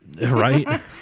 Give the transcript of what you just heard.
right